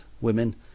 women